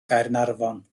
gaernarfon